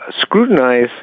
scrutinize